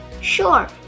Sure